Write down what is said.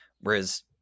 whereas